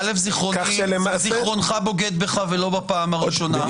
א', זיכרונך בוגד בך ולא בפעם הראשונה.